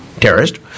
terrorist